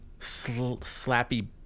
slappy